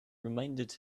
reminded